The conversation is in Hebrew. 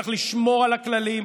צריך לשמור על הכללים.